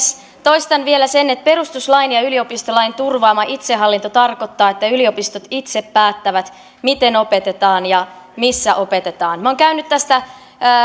toistan vielä sen että perustuslain ja ja yliopistolain turvaama itsehallinto tarkoittaa että yliopistot itse päättävät miten opetetaan ja missä opetetaan minä olen käynyt tästä